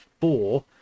four